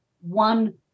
one